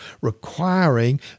requiring